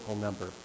number